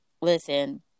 Listen